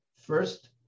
first